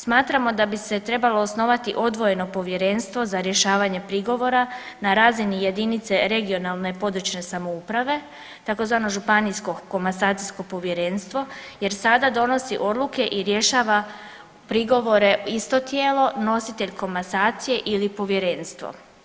Smatramo da bi se trebalo osnovati odvojeno povjerenstvo za rješavanje prigovora na razini jedinice regionalne područne samouprave tzv. županijsko komasacijsko povjerenstvo jer sada donosi odluke i rješava prigovore isto tijelo nositelj komasacije ili povjerenstvo.